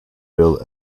bill